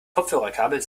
kopfhörerkabel